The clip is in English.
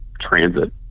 transit